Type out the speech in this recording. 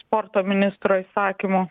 sporto ministro įsakymu